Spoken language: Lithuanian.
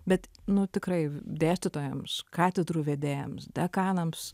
bet nu tikrai dėstytojams katedrų vedėjams dekanams